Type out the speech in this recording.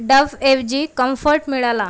डव्फऐवजी comfort मिळाला